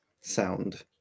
sound